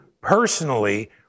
personally